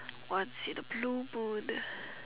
what's in a blue moon